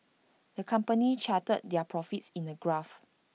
the company charted their profits in A graph